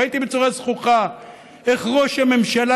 ראיתי איך ראש הממשלה,